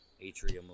atrium